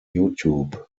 youtube